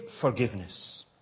forgiveness